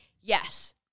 yes